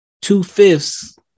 Two-fifths